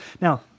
Now